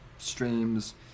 streams